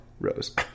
Rose